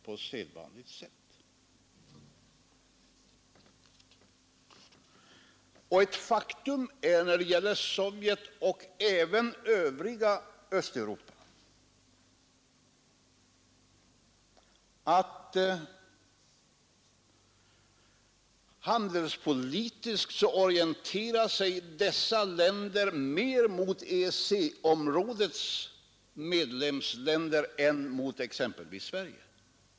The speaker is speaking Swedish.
Och det är ett faktum att både Sovjet och det övriga Östeuropa handelspolitiskt orienterar sig mer mot EEC-områdets medlemsländer än mot exempelvis Sverige.